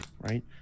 right